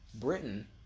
Britain